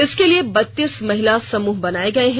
इसके लिए बत्तीस महिला समूह बनाए गए हैं